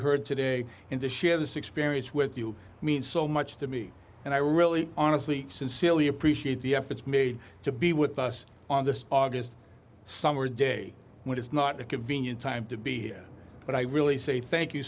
heard today in this share this experience with you means so much to me and i really honestly sincerely appreciate the efforts made to be with us on this august summer day which is not a convenient time to be here but i really say thank you